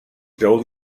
could